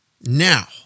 Now